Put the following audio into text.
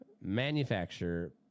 manufacture